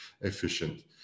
efficient